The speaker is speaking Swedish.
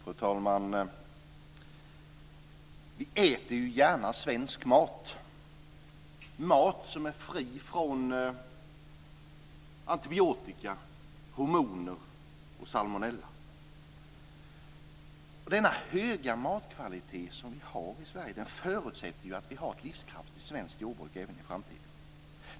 Fru talman! Vi äter ju gärna svensk mat, mat som är fri från antibiotika, hormoner och salmonella. Den höga matkvalitet som vi har i Sverige förutsätter att vi har ett livskraftigt svenskt jordbruk även i framtiden.